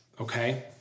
okay